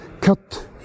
cut